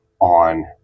on